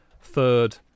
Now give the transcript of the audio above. third